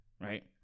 Right